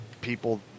people